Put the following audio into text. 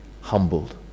humbled